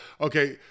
Okay